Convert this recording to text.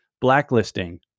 blacklisting